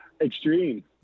Extreme